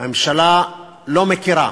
הממשלה לא מכירה